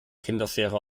kinderschere